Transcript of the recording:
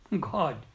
God